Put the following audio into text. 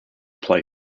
play